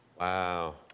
Wow